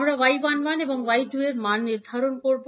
আমরা 𝐲11 এবং 𝐲21 এর মান নির্ধারণ করব